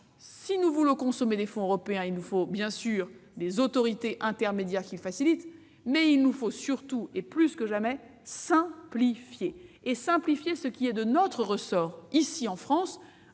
si nous voulons consommer des fonds européens, il nous faut, bien sûr, des autorités intermédiaires qui facilitent les choses, mais il nous faut surtout, plus que jamais, commencer par simplifier ce qui est de notre ressort, ici, en France.